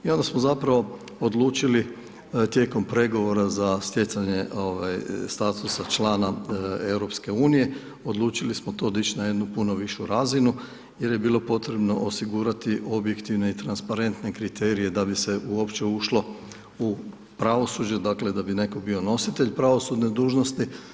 I onda smo zapravo odlučili tijekom pregovora za stjecanje statusa člana EU, odlučili smo to dići na jednu puno višu razinu, jer je bilo potrebno osigurati objektivne i transparente kriterije, da bi se uopće ušlo u pravosuđe, da bi netko bio nositelj pravosudne dužnosti.